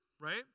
Right